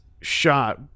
shot